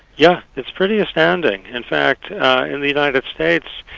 yeah it's pretty astounding. in fact in the united states,